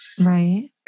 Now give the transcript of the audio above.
Right